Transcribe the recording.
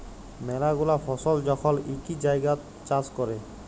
ম্যালা গুলা ফসল যখল ইকই জাগাত চাষ ক্যরে